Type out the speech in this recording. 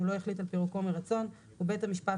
הוא לא החליט על פירוקו מרצון ובית המשפט